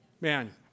Man